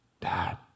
Dad